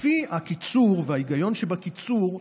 לפי הקיצור וההיגיון שבקיצור,